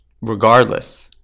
regardless